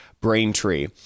Braintree